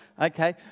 Okay